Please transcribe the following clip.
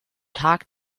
tag